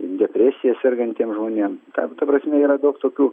depresija sergantiems žmonėm ta prasme yra daug tokių